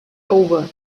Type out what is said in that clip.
over